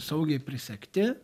saugiai prisegti